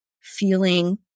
feeling